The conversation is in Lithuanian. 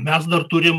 mes dar turim